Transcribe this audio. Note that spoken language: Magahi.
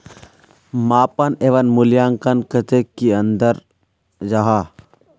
मापन एवं मूल्यांकन कतेक की अंतर जाहा?